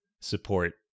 support